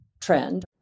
trend